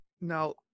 Now